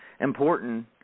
important